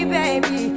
baby